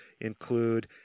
include